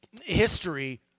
history